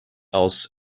aus